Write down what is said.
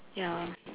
ya